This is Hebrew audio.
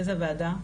איזה ועדה?